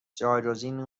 جایگزینی